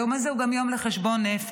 היום הזה הוא גם יום לחשבון נפש.